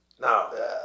No